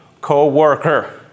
co-worker